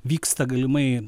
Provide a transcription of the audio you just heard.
vyksta galimai